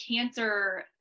cancer